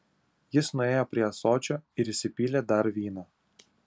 jis nuėjo prie ąsočio ir įsipylė dar vyno